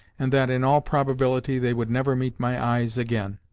and that in all probability they would never meet my eyes again!